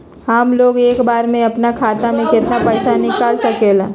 हमलोग एक बार में अपना खाता से केतना पैसा निकाल सकेला?